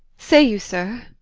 say you, sir?